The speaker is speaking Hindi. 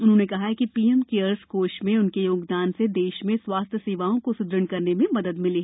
उन्होंरने कहा कि पीएम केयर्स कोष में उनके योगदान से देश में स्वादस्य्ह सेवाओं को सुदृढ़ करने में मदद मिली